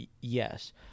Yes